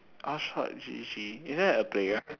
hotshotgg isn't that a player